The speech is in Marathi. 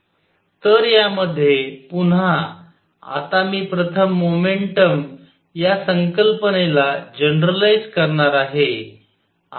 तर यामध्ये पुन्हा आता मी प्रथम मोमेंटम या संकल्पनेला जनरलाइझ करणार आहे